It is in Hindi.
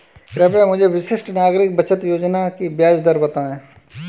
कृपया मुझे वरिष्ठ नागरिक बचत योजना की ब्याज दर बताएं